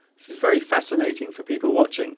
this is very fascinating for people watching